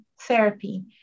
therapy